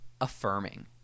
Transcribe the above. affirming